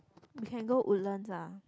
we can go Woodlands ah